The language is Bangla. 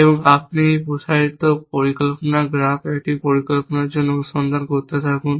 এবং আপনি এই প্রসারিত পরিকল্পনা গ্রাফ একটি পরিকল্পনার জন্য অনুসন্ধান করতে থাকুন